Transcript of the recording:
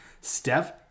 Steph